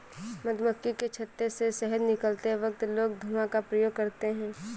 मधुमक्खी के छत्ते से शहद निकलते वक्त लोग धुआं का प्रयोग करते हैं